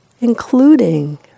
including